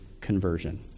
conversion